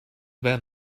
been